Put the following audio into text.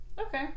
Okay